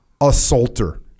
assaulter